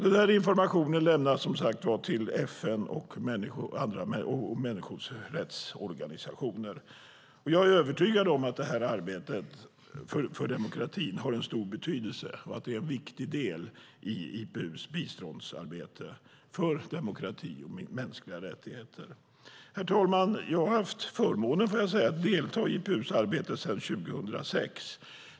Denna information lämnas som sagt till FN och människorättsorganisationer. Jag är övertygad om att det här arbetet för demokratin har stor betydelse och är en viktig del i IPU:s biståndsarbete för demokrati och mänskliga rättigheter. Herr talman! Jag har haft förmånen att delta i IPU:s arbete sedan 2006.